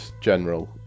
general